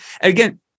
again